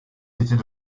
était